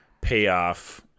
payoff